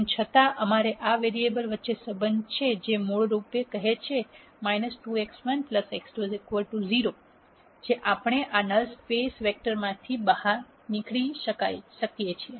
તેમ છતાં અમારે આ વેરીએબલ્સ વચ્ચે સંબંધ છે જે મૂળ રૂપે કહે છે 2x1 x2 0 એ સંબંધ છે જે આપણે આ નલ સ્પેસ વેક્ટરમાંથી બહાર નીકળી શકીએ છીએ